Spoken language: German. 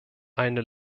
eine